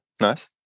Nice